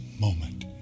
moment